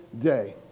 day